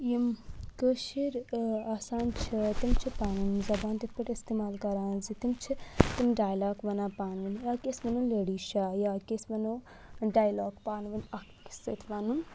یِم کٲشِر آسان چھِ تِم چھِ پَنٕنۍ زبان تِتھ پٲٹھۍ اِستعمال کَران زِ تِم چھِ تِم ڈایلاک وَنان پانہٕ ؤنۍ یا کہ أسۍ وَنو لیٚڈی شاہ یا کہ أسۍ وَنو ڈایلاک پانہٕ ؤنۍ اَکھ أکِس سۭتۍ وَنُن